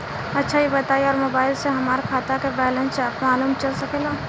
अच्छा ई बताईं और मोबाइल से हमार खाता के बइलेंस मालूम चल सकेला?